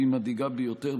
והיא מדאיגה ביותר,